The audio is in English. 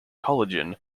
collagen